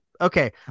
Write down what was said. Okay